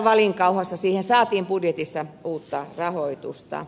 siihen saatiin budjetissa uutta rahoitusta